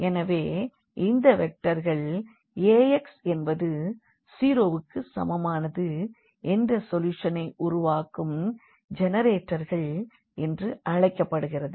எனவே இந்த வெக்டர்கள் Ax என்பது 0 வுக்கு சமமானது என்ற சொல்யூஷனை உருவாக்கும் ஜெனரேட்டர்கள் என்று அழைக்கப்படுகிறது